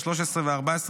13 ו-14,